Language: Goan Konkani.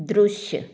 दृश्य